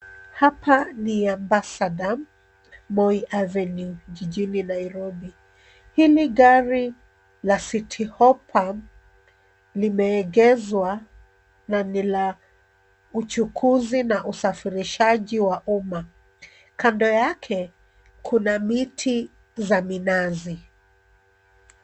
Hapa ni Ambassador, Moi Avenue, jijini Nairobi. Hili gari la Citi hoppa limeegeshwa na ni la uchukuzi na usafirishaji wa umma. Kando yake kuna miti za minazi.